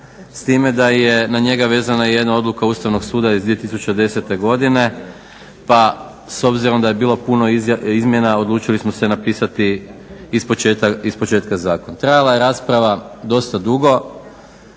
S time da je na njega vezana jedna odluka Ustavnog suda iz 2010. godine pa s obzirom da je bilo puno izmjena odlučili smo se napisati ispočetka zakon. Trajala je rasprava dosta dugo,